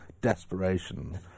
Desperation